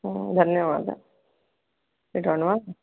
ಧನ್ಯವಾದ ಇಡೋಣ್ವಾ